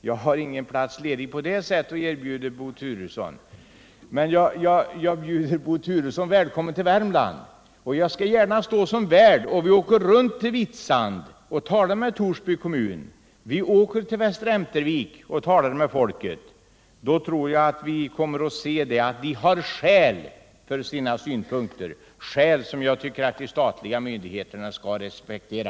Jag har ingen ledig plats av den sorten att erbjuda Bo Turesson, men jag bjuder också honom välkommen till Värmland. Jag skall gärna stå som värd, och vi kan åka till Vitsand, vi kan tala med Torsby kommun, vi kan besöka Västra Ämtervik och tala med folket. Då tror jag att vi kommer att se att de har skäl för sina synpunkter, skäl som jag tycker att de statliga myndigheterna skall respektera.